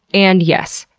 and yes,